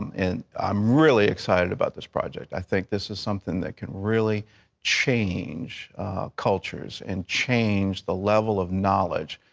and i'm really excited about this project. i think this is something that could really change cultures and change the level of knowledge,